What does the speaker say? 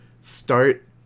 start